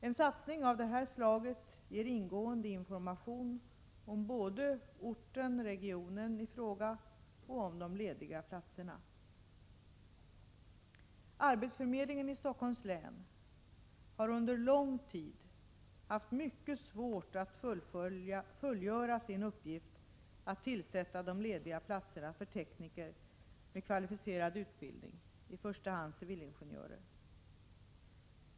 En satsning av det här slaget ger ingående information om både orten/regionen i fråga och de lediga platserna. Arbetsförmedlingen i Stockholms län har under lång tid haft mycket svårt att fullgöra sin uppgift att tillsätta de lediga platserna för tekniker med kvalificerad utbildning, i första hand civilingenjörer.